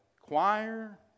choir